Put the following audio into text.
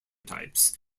types